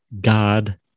God